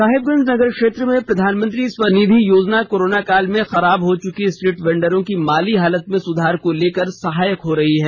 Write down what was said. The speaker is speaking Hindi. साहिबगंज नगर क्षेत्र में प्रधानमंत्री स्व निधि योजना कोरोना काल में खराब हो चुकी स्ट्रीट वेंडरों की माली हालत में सुधार को लेकर सहायक हो रही है